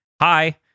hi